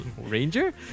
ranger